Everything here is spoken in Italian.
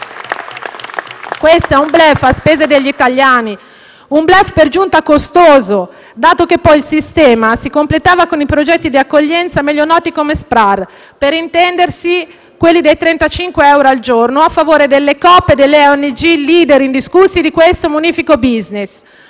Questo è un *bluff* a spese degli italiani, per giunta costoso, dato che poi il sistema si completava con i progetti di accoglienza meglio noti come SPRAR (per intendersi, quelli dei 35 euro al giorno a favore delle coop e ONG, *leader* indiscusse di questo munifico *business*):